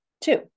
Two